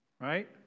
right